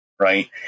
Right